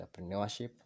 entrepreneurship